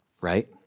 right